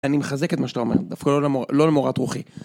אני מחזק את מה שאתה אומר, דווקא לא למורת רוחי.